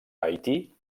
haití